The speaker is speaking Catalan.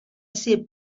ser